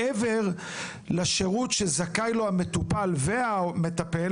מעבר לשירות שזכאים לו המטופל והמטפל